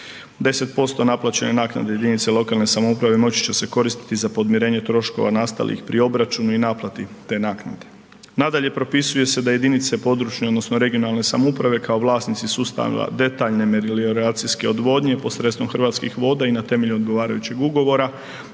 10% naplaćene naknade jedinice lokalne samouprave moći će se koristiti za podmirenje troškova nastalih pri obračunu i naplati te naknade. Nadalje, propisuje se da jedinice područne odnosno regionalne samouprave kao vlasnici sustava detaljne melioracijske odvodnje i posredstvom Hrvatskih voda i na temelju odgovarajućeg ugovora